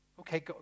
Okay